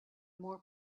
more